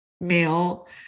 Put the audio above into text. male